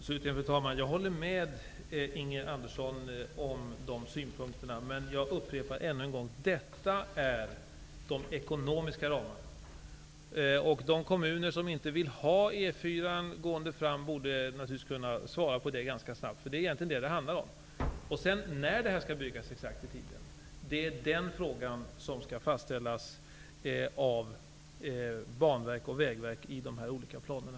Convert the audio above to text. Fru talman! Slutligen: Jag håller med Ingrid Andersson om detta. Jag upprepar ännu en gång att det här gäller de ekonomiska ramarna. De kommuner som inte vill ha E 4:an gående fram i sin kommun borde naturligtvis kunna svara ganska snabbt. Det är egentligen vad det handlar om här. Tidpunkten för när exakt vägen skall byggas skall fastställas av Banverket och Vägverket i de olika planerna.